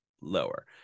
lower